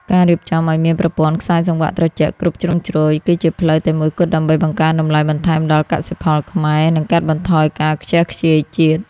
ការរៀបចំឱ្យមានប្រព័ន្ធខ្សែសង្វាក់ត្រជាក់គ្រប់ជ្រុងជ្រោយ គឺជាផ្លូវតែមួយគត់ដើម្បីបង្កើនតម្លៃបន្ថែមដល់កសិផលខ្មែរ និងកាត់បន្ថយការខ្ជះខ្ជាយជាតិ។